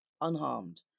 unharmed